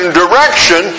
direction